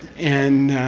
and.